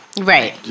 Right